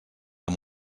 amb